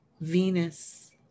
Venus